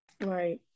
Right